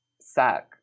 suck